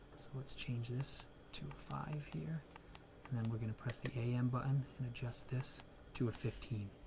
so let's change this to five here and then we are gonna press the a m button and adjust this to a fifteen.